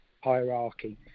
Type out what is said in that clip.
hierarchy